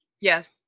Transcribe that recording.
Yes